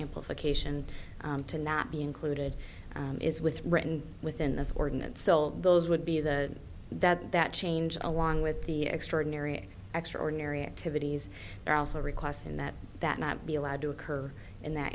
amplification to not be included is with written within this ordinance so those would be the that that change along with the extraordinary extraordinary activities are also requests in that that not be allowed to occur in that